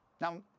Now